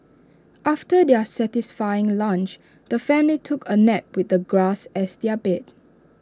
after their satisfying lunch the family took A nap with the grass as their bed